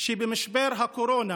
שבמשבר הקורונה